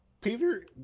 Peter